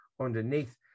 underneath